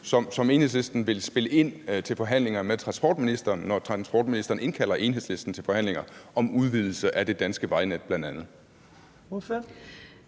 som Enhedslisten vil spille ind med til forhandlingerne med transportministeren, når transportministeren indkalder Enhedslisten til forhandlinger om bl.a. udvidelse af det danske vejnet? Kl.